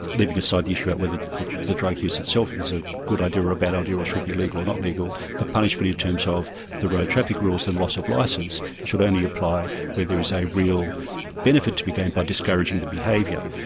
leaving aside the issue about whether the drug use itself is a good idea or a bad idea or should be legal or not legal. the punishment in terms of the road traffic rules and loss of licence should only apply where there is a real benefit to be gained by discouraging the behaviour.